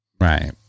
Right